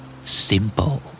Simple